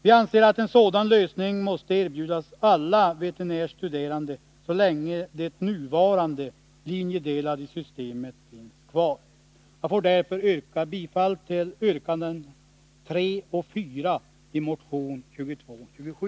Vi anser att en sådan lösning måste erbjudas alla veterinärstuderande, så länge det nuvarande linjedelade systemet finns kvar. Jag får därför yrka bifall till yrkandena 3 och 4 i motion 2227.